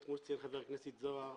כמו שהציג חבר הכנסת זוהר,